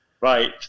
Right